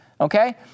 Okay